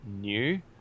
new